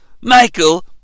Michael